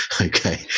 okay